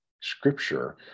Scripture